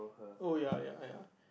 oh ya ya ya